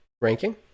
ranking